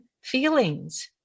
feelings